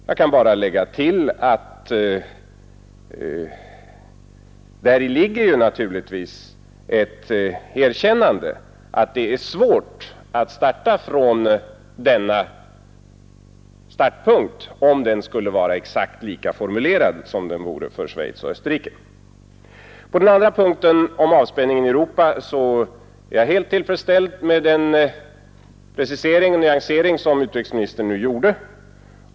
Jag kan bara tillfoga att däri ligger naturligtvis ett erkännande av att det är svårt att utgå från denna startpunkt, om den skulle vara exakt lika formulerad som den vore för Schweiz och Österrike. På den andra punkten, om avspänningen i Europa, är jag helt tillfredsställd med den precisering och nyansering som utrikesministern nu gjorde.